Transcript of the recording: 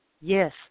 Yes